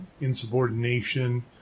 insubordination